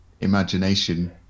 imagination